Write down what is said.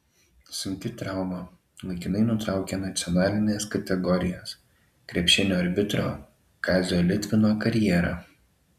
sunki trauma laikinai nutraukė nacionalinės kategorijos krepšinio arbitro kazio litvino karjerą